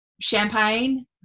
Champagne